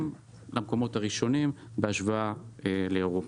למקומות הראשונים בהשוואה לאירופה.